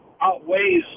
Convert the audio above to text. outweighs